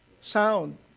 Sound